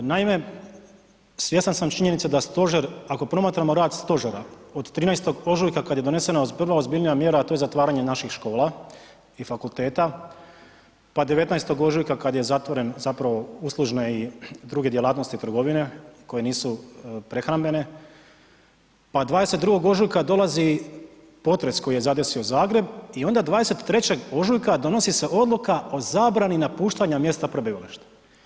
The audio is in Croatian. Naime, svjestan sam činjenice da stožer ako promatramo rad stožera od 13.ožujka kada je donesena prva ozbiljnija mjera, a to je zatvaranje naših škola i fakulteta, pa 19.ožujka kada su zatvorene uslužne i druge djelatnosti trgovine koje nisu prehrambene, pa 22. ožujka dolazi potres koji je zadesio Zagreb i onda 23. ožujka donosi se odluka o zabrani napuštanja mjesta prebivališta.